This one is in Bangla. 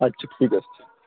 আচ্ছা ঠিক আছে